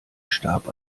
starb